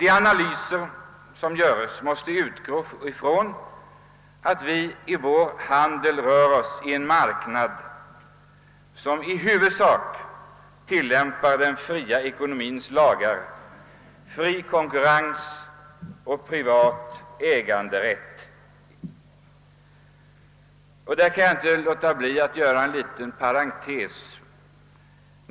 De analyser som görs måste grundas på att vi i vår handel rör oss i en marknad som i huvudsak tillämpar den fria ekonomiens lagar: fri konkurrens och privat äganderätt. Jag kan inte låta bli att här göra en parentes.